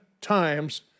times